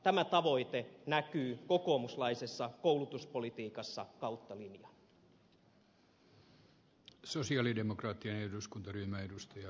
tämä tavoite näkyy kokoomuslaisessa koulutuspolitiikassa kautta linjan